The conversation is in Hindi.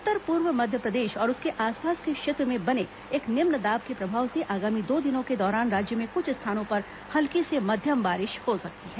उत्तर पूर्व मध्यप्रदेश और उसके आसपास के क्षेत्र में बने एक निम्न दाब के प्रभाव से आगामी दो दिनों के दौरान राज्य में कुछ स्थानों पर हल्की से मध्यम बारिश हो सकती है